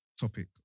topic